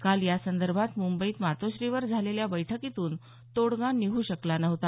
काल यासंदर्भात मंबईत मातोश्रीवर झालेल्या बैठकीतून तोडगा निघू शकला नव्हता